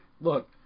look